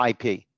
IP